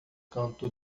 canto